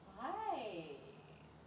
why